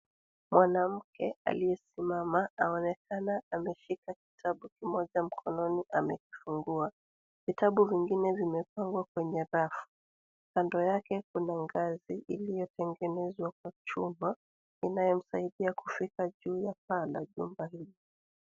Mwanamke aliyesimama aonekana ameshika kitabu kimoja mkononi amekifungua. Vitabu vingine vimepangwa kwenye rafu. Kando yake kuna ngazi iliyotengenezwa kwa chuma inayomsaidia kufika juu ya paa la jumba hilo.